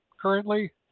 currently